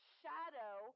shadow